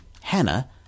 Hannah